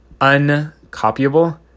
Uncopyable